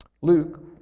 Luke